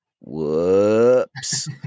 whoops